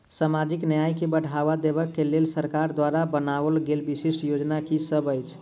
सामाजिक न्याय केँ बढ़ाबा देबा केँ लेल सरकार द्वारा बनावल गेल विशिष्ट योजना की सब अछि?